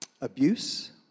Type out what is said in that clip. abuse